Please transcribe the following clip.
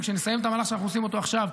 וכשנסיים את המהלך שאנחנו עושים אותו עכשיו,